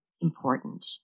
important